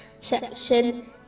section